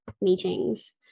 meetings